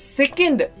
second